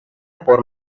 por